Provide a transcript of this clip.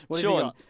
Sean